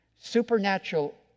supernatural